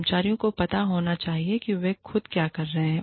कर्मचारियों को पता होना चाहिए कि वे खुद क्या कर रहे हैं